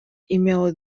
имело